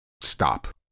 stop